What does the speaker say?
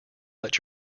let